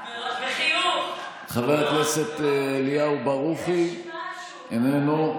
חבר הכנסת אליהו ברוכי, איננו.